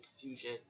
confusion